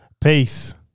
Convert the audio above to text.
Peace